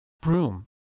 broom